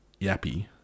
yappy